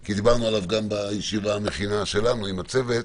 כי דיברנו עליו גם בישיבה המכינה שלנו עם הצוות.